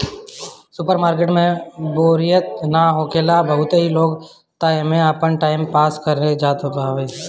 super market में बोरियत ना होखेला बहुते लोग तअ एमे आपन टाइम पास करे जात हवे